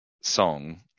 song